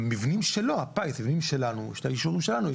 מבנים שלו הפיס, מבנים שלנו יש את האישורים שלנו.